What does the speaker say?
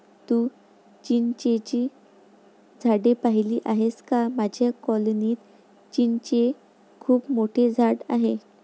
तू चिंचेची झाडे पाहिली आहेस का माझ्या कॉलनीत चिंचेचे खूप मोठे झाड आहे